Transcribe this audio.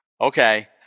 okay